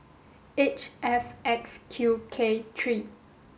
H F X Q K three